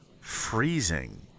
freezing